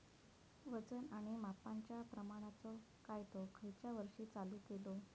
वजन आणि मापांच्या प्रमाणाचो कायदो खयच्या वर्षी चालू केलो?